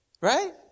Right